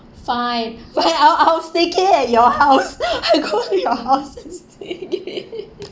fine fine I'll I'll staycay at your house I go to your house and stay